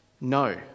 No